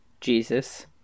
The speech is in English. Jesus